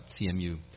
CMU